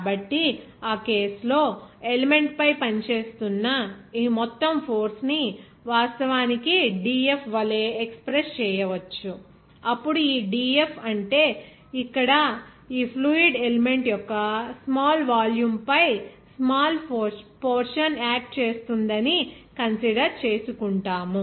కాబట్టి ఆ కేసు లో ఎలిమెంట్ పై పనిచేస్తున్న ఈ మొత్తం ఫోర్స్ ని వాస్తవానికి dF వలె ఎక్స్ప్రెస్ చేయవచ్చు అప్పుడు ఈ dF అంటే ఇక్కడ ఈ ఫ్లూయిడ్ ఎలిమెంట్ యొక్క స్మాల్ వాల్యూమ్ పై స్మాల్ పోర్షన్ యాక్ట్ చేస్తుంది అని కన్సిడర్ చేసుకుంటాము